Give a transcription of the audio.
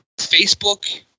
Facebook